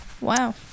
wow